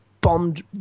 bombed